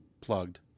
plugged